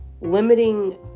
limiting